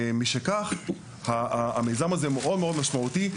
ומשכך המיזם הזה מאוד מאוד משמעותי,